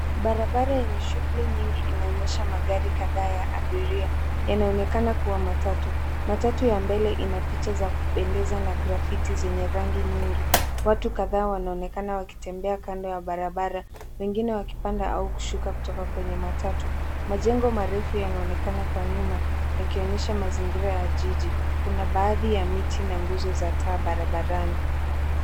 Barabara yenye shughuli nyingi inaonyesha magari kadhaa ya abiria. Yanaonekana kuwa matatu. Matatu ya mbele ina picha za kupendeza na grafiti zenye rangi nyingi. Watu kadhaa wanaonekana wakitembea kando ya barabara, wengine wakipanda au kushuka kutoka kwenye matatu. Majengo marefu yanaonekana kwa nyuma, yakionyesha mazingira ya jiji. Kuna baadhi ya miti na nguzo za taa barabarani.